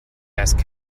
ask